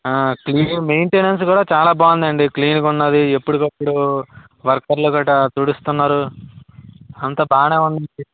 ఆ clean maintenance కూడా చాలా బాగుందండి క్లీన్ గా ఉన్నది ఎప్పుటికప్పుడు వర్కర్లు గట్ట తుడుస్తున్నారు అంతా బానేవుంది